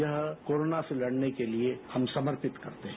यह कोरोना से लड़ने के लिए हम समर्पित करते हैं